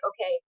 okay